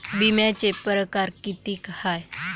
बिम्याचे परकार कितीक हाय?